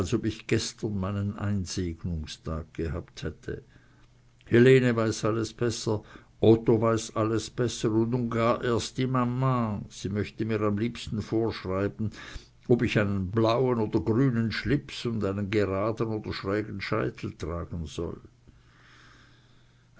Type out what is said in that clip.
ob ich gestern meinen einsegnungstag gehabt hätte helene weiß alles besser otto weiß alles besser und nun gar erst die mama sie möchte mir am liebsten vorschreiben ob ich einen blauen oder grünen schlips und einen graden oder schrägen scheitel tragen soll